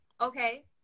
okay